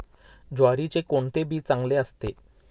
ज्वारीचे कोणते बी चांगले असते?